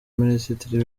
minisitiri